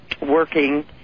working